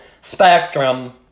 spectrum